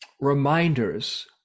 reminders